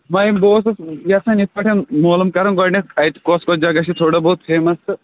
بہٕ اوسُس یَژھان یِتھ پٲٹھۍ معلوٗم کَرُن گۄڈنٮ۪تھ اتہِ کوٚس کوٚس جگہ چھِ تھوڑا بہت فیٚمس تہٕ